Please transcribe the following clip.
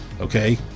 okay